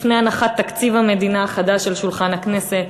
לפני הנחת תקציב המדינה החדש על שולחן הכנסת,